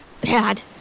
bad